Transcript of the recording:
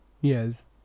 Yes